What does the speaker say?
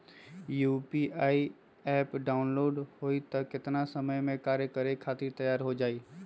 UPI app download होई त कितना समय मे कार्य करे खातीर तैयार हो जाई?